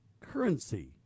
currency